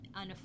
unaffordable